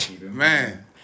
Man